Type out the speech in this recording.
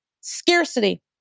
scarcity